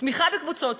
תודה רבה.